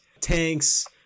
tanks